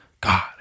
God